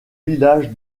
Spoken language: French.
village